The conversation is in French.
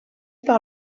par